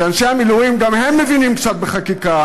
כשאנשי המילואים גם הם מבינים קצת בחקיקה,